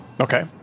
Okay